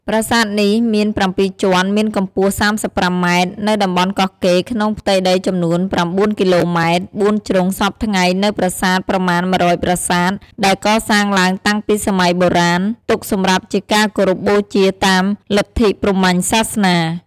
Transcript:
ប្រាសាទនេះមាន៧ជាន់ មានកំពស់ ៣៥ម៉ែត្រ នៅតំបន់កោះកេរ្តិ៍ក្នុងផ្ទៃដីចំនួន៩គីឡូម៉ែត្រ ៤ជ្រុងសព្វថ្ងៃនូវប្រាសាទប្រមាណ១០០ប្រាសាទ ដែលកសាងឡើងតាំងពីសម័យបុរាណ ទុកសំរាប់ជាការគោរពបូជាតាមលទ្ធិព្រហ្មញ្ញសាសនា។